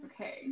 Okay